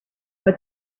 but